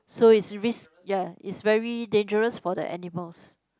so it's risk ya it's very dangerous for the animals